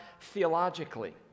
theologically